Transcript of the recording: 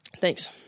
Thanks